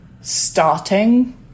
starting